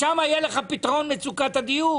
משם יהיה לך את פתרון מצוקת הדיור?